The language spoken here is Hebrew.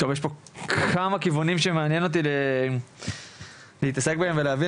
יש פה כמה כיוונים שמעניין אותי להתעסק בהם ולהבין,